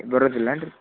ಬರೋದಿಲ್ಲ ಏನು ರೀ